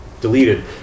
deleted